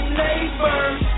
neighbors